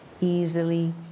easily